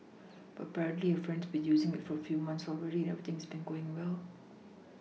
but apparently her friend has been using it for a few months already and everything has been going well